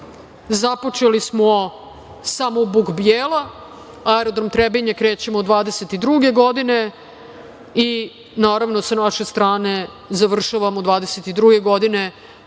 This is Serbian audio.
Započeli smo samo Buk – Bjela, aerodrom Trebinje krećemo 2022. godine i, naravno, sa naše strane, završavamo 2022. godine